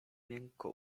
miękko